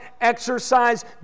exercise